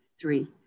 three